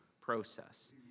process